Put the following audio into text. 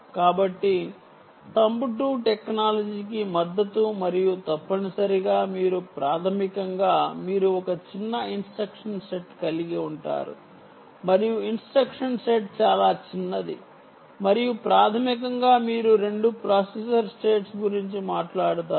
కాబట్టి thumb 2 టెక్నాలజీకి మద్దతు మరియు తప్పనిసరిగా మీరు ప్రాథమికంగా మీరు ఒక చిన్న ఇన్స్ట్రక్షన్ సెట్ కలిగి ఉంటారు మరియు ఇన్స్ట్రక్షన్ సెట్ చాలా చిన్నది మరియు ప్రాథమికంగా మీరు రెండు ప్రాసెసర్ స్టేట్స్ గురించి మాట్లాడతారు